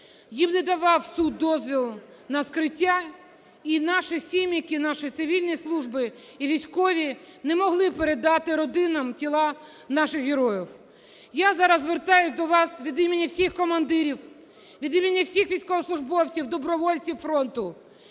їм не давав суд дозвіл на вскриття, і наші "сіміки", наші цивільні служби і військові не могли передати родинам тіла наших героїв. Я зараз звертаюся до вас від імені всіх командирів, від імені всіх військовослужбовців, добровольців фронту.